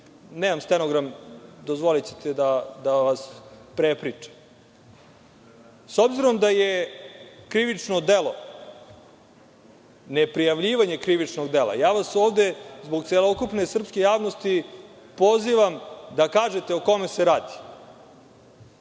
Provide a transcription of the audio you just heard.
Nemam stenogram, dozvolićete da vas prepričam.S obzirom da je krivično delo neprijavljivanje krivičnog dela, ja vas ovde zbog celokupne srpske javnosti pozivam da kažete o kome se radi.